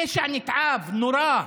פשע נתעב, נורא,